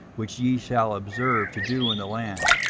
which ye shall observe to do in the land,